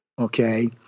Okay